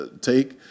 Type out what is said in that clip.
take